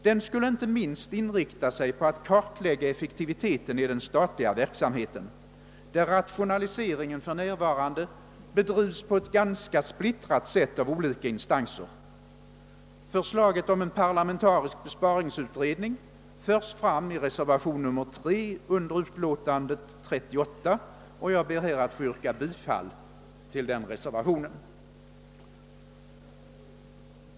Den skulle inte minst inrikta sig på att kartlägga effektiviteten i den statliga verksamheten, där rationaliseringen för närvarande bedrivs på ett ganska splittrat sätt av olika instanser. Förslaget om en parlamentarisk besparingsutredning förs fram i reservationen 3 i bankoutskottets utlåtande nr 38, och jag ber här att få yrka bifall till denna reservation.